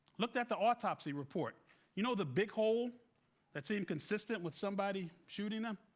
looked at the autopsy report you know the big hole that seemed consistent with somebody shooting them?